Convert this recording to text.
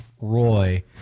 roy